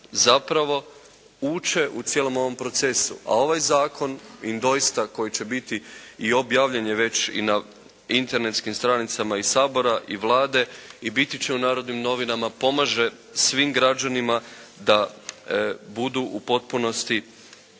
zapravo uče u cijelom ovom procesu a ovaj Zakon im doista, koji jće biti i objavljen je već i internetskim stranicama i Sabora i Vlade, i biti će u Narodnim novinama, pomaže građanima da budu u potpunosti